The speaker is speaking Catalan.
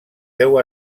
deu